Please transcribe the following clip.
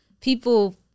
people